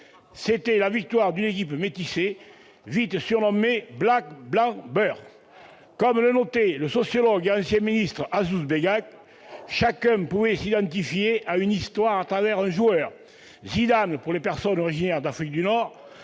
C'était la victoire d'une équipe métissée, vite surnommée « black-blanc-beur ». Comme le notait le sociologue et ancien ministre Azouz Begag, chacun pouvait alors s'identifier à une histoire à travers un joueur : Zidane pour les personnes originaires d'Afrique du Nord,